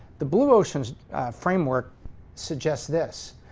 the blue ocean framework suggests this.